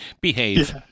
behave